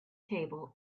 table